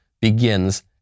begins